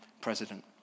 president